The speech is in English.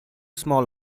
small